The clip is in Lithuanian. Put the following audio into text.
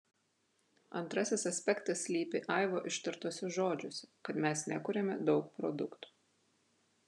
antrasis aspektas slypi aivo ištartuose žodžiuose kad mes nekuriame daug produktų